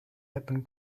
happen